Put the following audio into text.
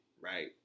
right